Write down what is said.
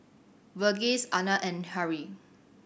Verghese Anand and Hri